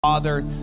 Father